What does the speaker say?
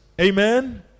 Amen